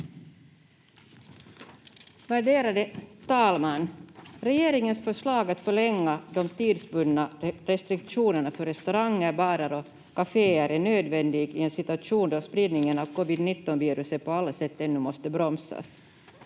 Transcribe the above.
Värderade talman! Regeringens förslag att förlänga de tidsbundna restriktionerna för restauranger, barer och kaféer är nödvändigt i en situation då spridningen av covid-19-viruset på alla sätt ännu måste bromsas.